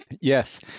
Yes